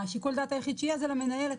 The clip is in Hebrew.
השיקול דעת היחיד שיהיה זה למנהלת,